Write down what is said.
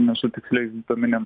nesu tiksliais duomenim